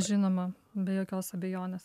žinoma be jokios abejonės